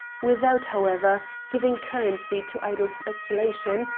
without, however, giving currency to idle speculation,